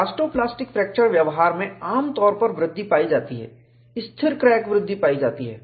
elasto plastic fracture व्यवहार में आम तौर पर वृद्धि पायी जाती है स्थिर क्रैक वृद्धि पायी जाती है